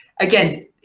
again